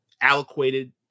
allocated